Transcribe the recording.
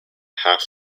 half